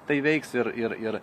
tai veiks ir ir ir